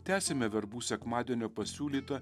tęsiame verbų sekmadienio pasiūlytą